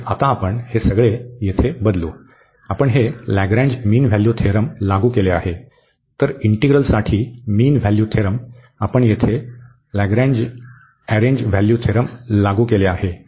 आणि आता आपण हे सगळे येथे बदलू आपण हे लाग्रेंज मीन व्हॅल्यू थेरम लागू केले आहे तर इंटिग्रलसाठी मीन व्हॅल्यू थेरम आपण येथे लाॅरेंज एरेंज व्हॅल्यू थेरम लागू केले आहे